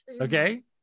okay